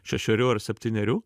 šešerių ar septynerių